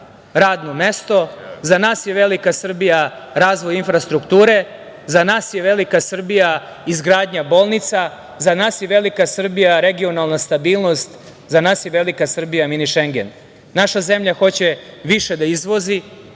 radno mesto, za nas je velika Srbija razvoj infrastrukture, za nas je velika Srbija izgradnja bolnica, za nas je velika Srbija regionalna stabilnost, za nas je velika Srbija mini Šengen. Naša zemlja hoće više da izvozi.